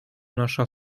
nasza